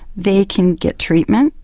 they can get treatment,